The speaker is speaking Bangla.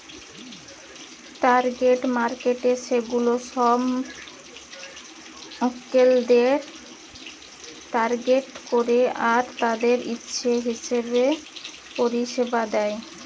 টার্গেট মার্কেটস সেগুলা সব মক্কেলদের টার্গেট করে আর তাদের ইচ্ছা হিসাবে পরিষেবা দেয়